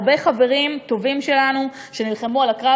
הרבה חברים טובים שלנו שנלחמו בקרב